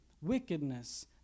wickedness